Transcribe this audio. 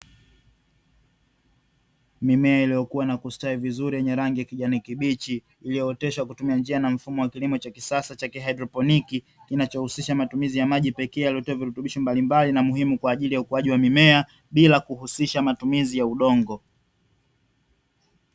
Mimea iliyokua na kustawi vizuri yenye rangi ya kijani kibichi, iliyooteshwa kutumia njia na mfumo wa kilimo cha kisasa cha kihaidroponi, kinachohusisha matumizi ya maji pekee yaliyotiwa virutubisho mbalimbali na muhimu kwa ajili ya ukuaji wa mimea, bila kuhusisha matumizi ya udongo.